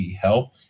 help